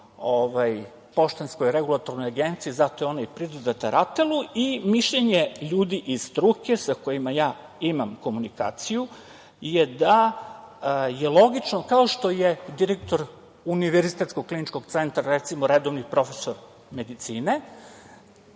Poštanskoj regulatornoj agenciji, zato je ona i pridodata RATEL-u. Mišljenje ljudi iz struke sa kojima ja imam komunikaciju je da je logično, kao što je direktor Univerzitetskog kliničkog centra, recimo, redovni profesor medicine,